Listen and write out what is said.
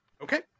Okay